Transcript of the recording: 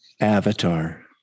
Avatar